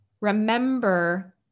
remember